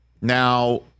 Now